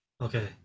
Okay